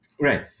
Right